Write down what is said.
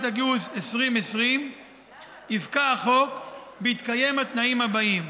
הגיוס 2020 יפקע החוק בהתקיים התנאים האלה: